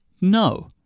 no